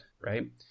right